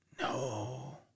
No